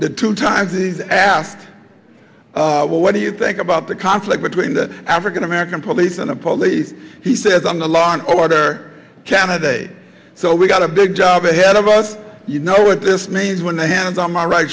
the two times he's asked what do you think about the conflict between the african american police and the police he says i'm the law and order candidate so we've got a big job ahead of us you know what this means when the hands on my r